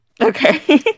Okay